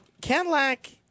Cadillac